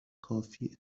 کافیه